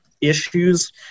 issues